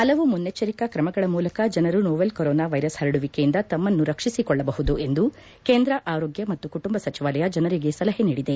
ಹಲವು ಮುನ್ನಚ್ಚರಿಕಾ ಕ್ರಮಗಳ ಮೂಲಕ ಜನರು ನೋವೆಲ್ ಕೊರೊನಾ ವೈರಸ್ ಹರಡುವಿಕೆಯಿಂದ ತಮ್ಮನ್ನು ರಕ್ಷಿಸಿಕೊಳ್ಳಬಹುದು ಎಂದು ಕೇಂದ್ರ ಆರೋಗ್ಯ ಮತ್ತು ಕುಟುಂಬ ಸಚಿವಾಲಯ ಜನರಿಗೆ ಸಲಹೆ ನೀಡಿದೆ